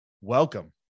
welcome